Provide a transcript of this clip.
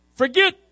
Forget